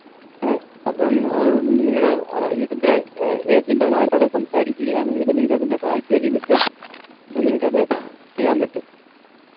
ഏ അപ്പം അത് നിങ്ങൾ ഇതിൻ്റെ ഏജൻ്റ്മാരോടു സംസാരിക്കുകയാണെങ്കിൽ നിങ്ങക്കതിൻ്റെ പാക്കേജ് കിട്ടും അപ്പോൾ നിങ്ങൾക്കത് ചെയ്യാൻ പറ്റും